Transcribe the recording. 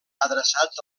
adreçats